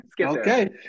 okay